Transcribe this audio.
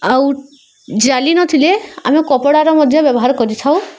ଆଉ ଜାଲି ନଥିଲେ ଆମେ କପଡ଼ାର ମଧ୍ୟ ବ୍ୟବହାର କରିଥାଉ